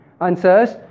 answers